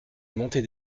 montée